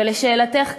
ולשאלתך,